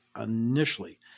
initially